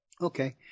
Okay